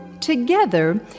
Together